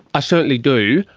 i certainly do.